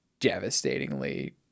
devastatingly